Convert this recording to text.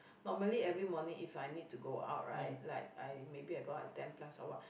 normally every morning if I need to go out right like I maybe I go out at ten plus or what